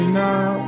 now